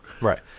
Right